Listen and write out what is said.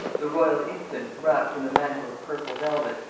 the royal infant, wrapped in a mantle of purple velvet,